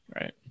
right